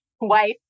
wife